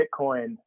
Bitcoin